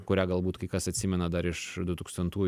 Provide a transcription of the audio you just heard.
kurią galbūt kai kas atsimena dar iš dutūkstantųjų